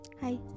Hi